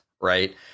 Right